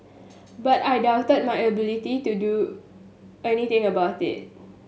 but I doubted my ability to do anything about it